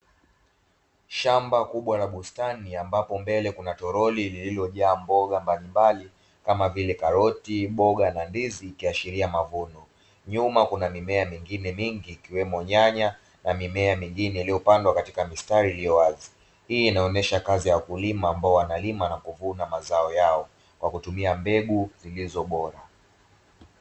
Shamba kubwa la bustani ambapo mbele kuna toroli lililojaa mboga mbalimbali kama vile karoti, boga na ndizi; ikiashiria mavuno. Nyuma kuna mimea mingine mingi ikiwemo nyanya na mimea mingine iliyopandwa katika mistari iliyo wazi. Hii inaonyesha kazi ya wakulima ambao wanalima na kuvuna mazao yao kwa kutumia mbegu zilizo bora.